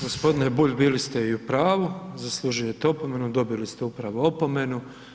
Gospodine Bulj bili ste i u pravu, zaslužujete opomenu, dobili ste upravo opomenu.